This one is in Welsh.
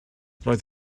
roedd